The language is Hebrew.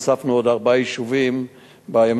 הוספנו עוד ארבעה יישובים לשיטור עירוני,